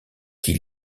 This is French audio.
qui